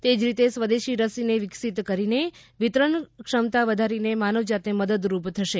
તેજ રીતે સ્વદેશી રસીને વિકસિત કરીને વિતરણક્ષમતા વધારીને માનવજાતને મદદરૂપ થશે